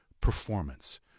performance